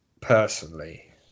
personally